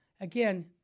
again